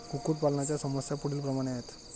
कुक्कुटपालनाच्या समस्या पुढीलप्रमाणे आहेत